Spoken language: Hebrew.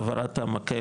העברת המקל,